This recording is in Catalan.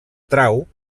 trau